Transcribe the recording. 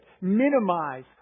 minimize